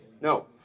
No